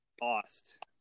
lost